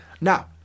Now